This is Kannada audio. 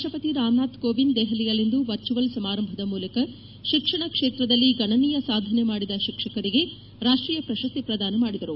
ರಾಷ್ಟ್ರಪತಿ ರಾಮನಾಥ್ ಕೋವಿಂದ್ ದೆಹಲಿಯಲ್ಲಿಂದು ವರ್ಚುವಲ್ ಸಮಾರಂಭದ ಮೂಲಕ ಶಿಕ್ಷಣ ಕ್ಷೇತ್ರದಲ್ಲಿ ಗಣನೀಯ ಸಾಧನೆ ಮಾಡಿದ ಶಿಕ್ಷಕರಿಗೆ ರಾಷ್ಟೀಯ ಪ್ರಶಸ್ತಿ ಪ್ರದಾನ ಮಾಡಿದರು